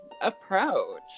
approach